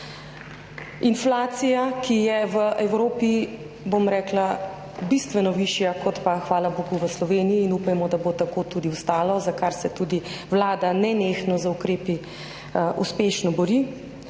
inflacija, ki je v Evropi bistveno višja kot pa, hvala bogu, v Sloveniji, in upajmo, da bo tako tudi ostalo, za kar se tudi Vlada nenehno z ukrepi uspešno bori,